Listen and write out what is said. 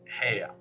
Hey